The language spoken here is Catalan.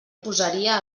posaria